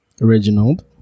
Reginald